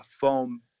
foam